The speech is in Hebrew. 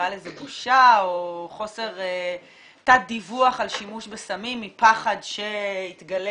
בושה או תת דיווח על שימוש בסמים מפחד שיתגלה